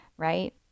right